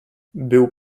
był